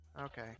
Okay